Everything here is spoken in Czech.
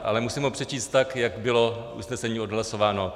Ale musím ho přečíst tak, jak bylo usnesení odhlasováno.